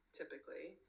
typically